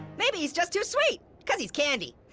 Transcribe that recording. maybe he's just too sweet, cause he's candy.